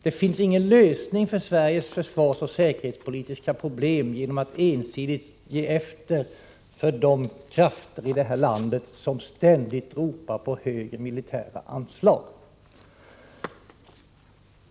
Man kan inte lösa Sveriges försvarsoch säkerhetspolitiska problem genom att ensidigt ge efter för de krafter i det här landet som ständigt ropar på högre militära anslag.